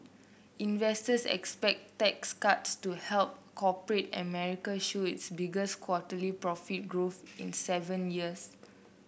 investors expect tax cuts to help corporate America show its biggest quarterly profit growth in seven years